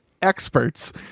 Experts